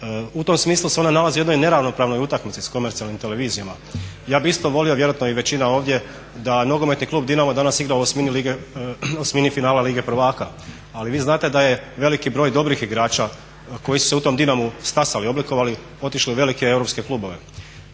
U tom smislu se ona nalazi u jednoj neravnopravnoj utakmici s komercijalnim televizijama. Ja bih isto volio, a vjerojatno i većina ovdje da nogometni klub Dinamo danas igra u osmini finala Lige prvaka, ali vi znate da je veliki broj dobrih igrača koji su u tom Dinamu stasali, oblikovali, otišli u velike europske klubove.